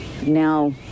Now